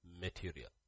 material